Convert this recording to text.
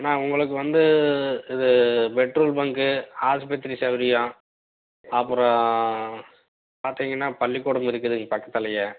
அண்ணா உங்களுக்கு வந்து இது பெட்ரோல் பங்கு ஆஸ்ப்பத்ரி சௌகரியம் அப்புறம் பார்த்தீங்கன்னா பள்ளிக்கூடம் இருக்குதுங்க பக்கத்திலேயே